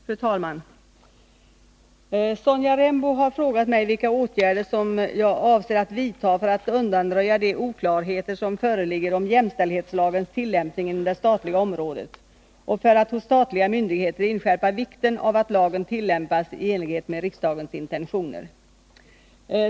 Fru talman! Sonja Rembo har frågat mig vilka åtgärder som jag avser att vidta för att undanröja de oklarheter som föreligger om jämställdhetslagens tillämpning inom det statliga området och för att hos statliga myndigheter inskärpa vikten av att lagen tillämpas i enlighet med riksdagens intentioner.